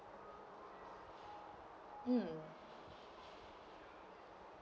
um